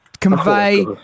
convey